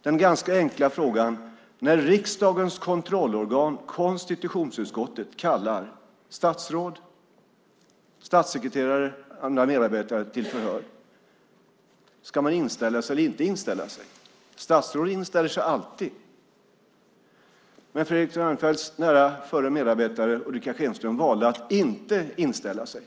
Den ganska enkla frågan är: När riksdagens kontrollorgan konstitutionsutskottet kallar statsråd, statssekreterare och andra medarbetare till förhör - ska man då inställa sig eller inte inställa sig? Statsråd inställer sig alltid. Men Fredrik Reinfeldts förra nära medarbetare Ulrica Schenström valde att inte inställa sig.